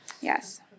Yes